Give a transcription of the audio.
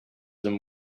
them